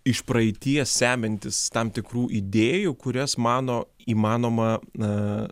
iš praeities semiantis tam tikrų idėjų kurias mano įmanoma na